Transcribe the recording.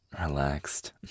relaxed